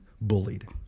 bullied